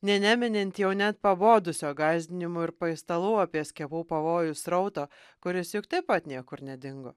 nė neminint jau net pabodusio gąsdinimų ir paistalų apie skiepų pavojų srauto kuris juk taip pat niekur nedingo